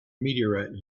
meteorite